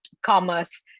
commerce